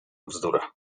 bzdura